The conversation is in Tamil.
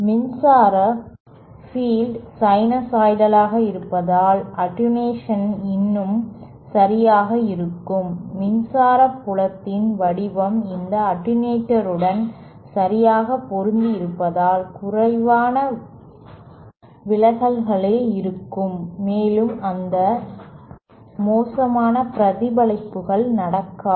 மின்சாரத் பீல்டு சைனூசாய்டலாக இருப்பதால் அட்டென்யூஷன் இன்னும் சரியாக இருக்கும்மின்சார புலத்தின் வடிவம் இந்த அட்டென்யூட்டர் உடன் சரியாக பொருந்தியிருப்பதால் குறைவான விலகல்களே இருக்கும் மேலும் அந்த மோசமான பிரதிபலிப்புகள் நடக்காது